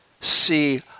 see